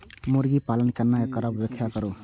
मुर्गी पालन केना करब व्याख्या करु?